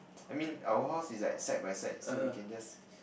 I mean our house is like side by side so we can just